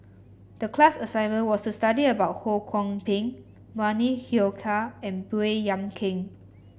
the class assignment was to study about Ho Kwon Ping Bani Haykal and Baey Yam Keng